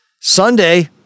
Sunday